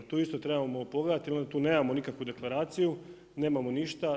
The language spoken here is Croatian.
Tu isto trebamo pogledati, jer tu nemamo nikakvu deklaraciju, nemamo ništa.